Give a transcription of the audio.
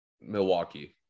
Milwaukee